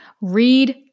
Read